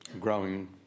growing